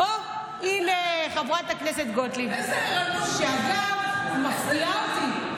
הינה, חברת הכנסת, שאגב, מפתיעה אותי.